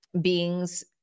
beings